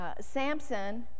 Samson